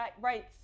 rights